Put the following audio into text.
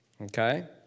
Okay